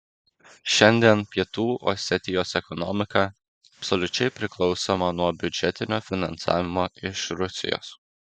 šiandien pietų osetijos ekonomika absoliučiai priklausoma nuo biudžetinio finansavimo iš rusijos